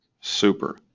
Super